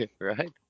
right